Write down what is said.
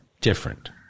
different